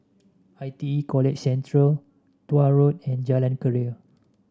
I T E College Central Tuah Road and Jalan Keria